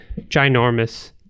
ginormous